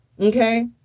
okay